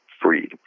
freed